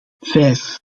vijf